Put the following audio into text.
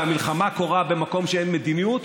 והמלחמה קורית במקום שאין מדיניות,